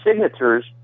signatures